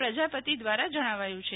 પ્રજાપતિ દ્વારા જણાવાયું છે